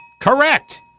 Correct